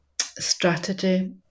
strategy